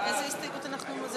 ההסתייגות (160)